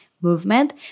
movement